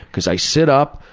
because i sit up,